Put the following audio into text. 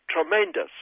tremendous